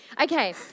Okay